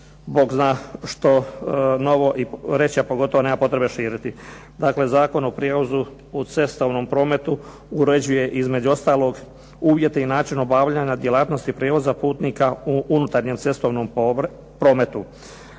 bogzna što novo reći, a pogotovo nema potrebe širiti. Dakle, Zakon o prijevozu u cestovnom prometu uređuje između ostalog uvjete i način obavljanja djelatnosti prijevoza putnika u unutarnjem cestovnom prometu.